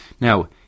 Now